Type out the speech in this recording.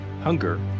hunger